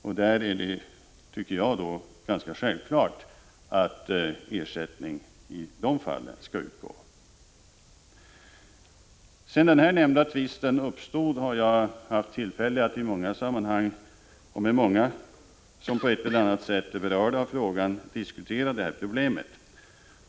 I sådana fall anser jag att det är självklart att ersättning skall utgå. Sedan den här nämnda tvisten uppstod har jag i olika sammanhang haft tillfälle att diskutera problemet med många som på ett eller annat sätt är berörda av frågan.